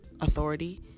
authority